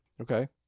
Okay